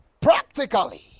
practically